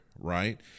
right